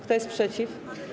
Kto jest przeciw?